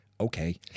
okay